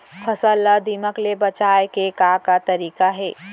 फसल ला दीमक ले बचाये के का का तरीका हे?